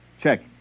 Check